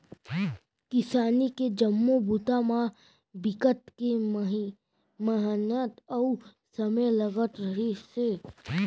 किसानी के जम्मो बूता म बिकट के मिहनत अउ समे लगत रहिस हे